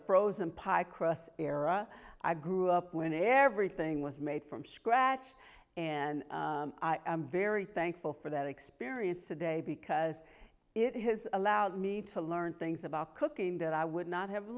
frozen pike ross era i grew up when everything was made from scratch and i'm very thankful for that experience today because it has allowed me to learn things about cooking that i would not have